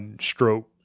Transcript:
stroke